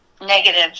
negative